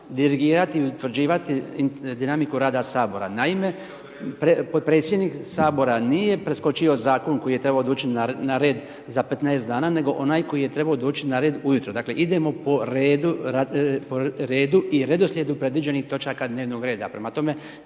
dirigirati i utvrđivati dinamiku rada Sabora. Naime, potpredsjednik Sabora nije preskočio zakon koji je trebao doći na red za 15 dana nego onaj koji je trebao doći na red ujutro, dakle idemo po redu i redoslijedu predviđenih točaka dnevnog reda,